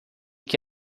que